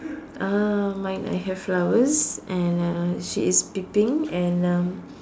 uh mine I have flowers and uh she is peeping and um